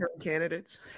candidates